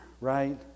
right